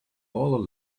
all